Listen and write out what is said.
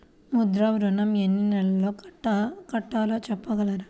ముద్ర ఋణం ఎన్ని నెలల్లో కట్టలో చెప్పగలరా?